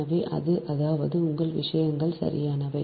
எனவே அது அதாவது உங்கள் விஷயங்கள் சரியானவை